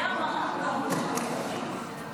(הוראת שעה), התשפ"ד